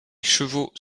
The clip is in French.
chevaux